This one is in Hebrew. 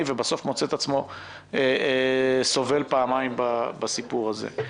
ובסוף מוצא את עצמו סובל פעמיים בסיפור הזה.